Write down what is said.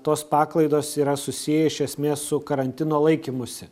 tos paklaidos yra susiję iš esmės su karantino laikymusi